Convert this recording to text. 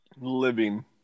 living